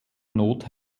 not